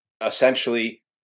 essentially